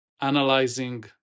analyzing